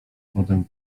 wodę